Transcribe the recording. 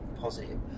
positive